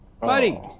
buddy